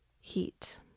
heat